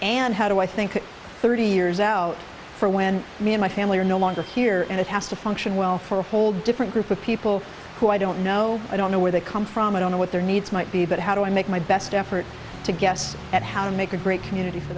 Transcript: and how do i think thirty years out for when me and my family are no longer here and it has to function well for a whole different group of people who i don't know i don't know where they come from i don't know what their needs might be but how do i make my best effort to guess at how to make a great community for